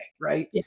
right